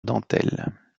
dentelles